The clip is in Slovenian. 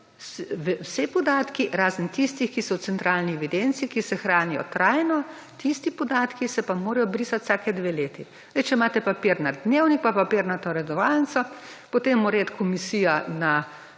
Vsi podatki, razen tistih, ki so v centralni evidenci, ki se hranijo trajno, ti podatki se pa morajo brisati vsaki dve leti. Če imate papirnat dnevnik pa papirnato redovalnico, potem mora iti komisija na